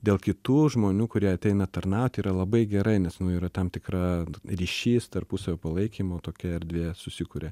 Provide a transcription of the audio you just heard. dėl kitų žmonių kurie ateina tarnaut yra labai gerai nes nu yra tam tikra ryšys tarpusavio palaikymo tokia erdvė susikuria